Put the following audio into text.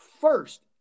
first